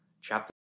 chapter